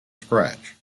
scratch